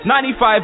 $95